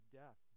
death